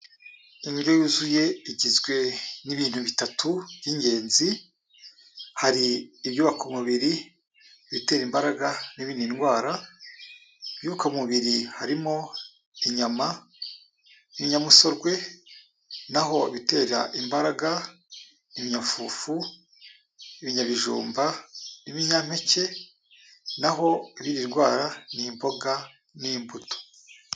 Indyo yuzuye igizwe n'ibintu bitatu by'ingenzi, hari ibyubaka umubiri, ibitera imbaraga n'ibirinda indwara, ibyubaka umubiri harimo inyama, inyamusorwe, naho ibitera imbaraga ibinyamafufu, ibinyabijumba, ibinyampeke, naho ibirinda indwara ni imboga n'imbuto.